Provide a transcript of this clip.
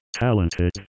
talented